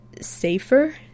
safer